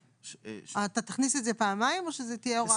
אתה תכניס את זה פעמיים או שזו תהיה הוראה כללית?